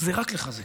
הוא רק לחזק,